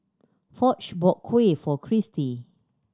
Foch bought Kuih for Cristi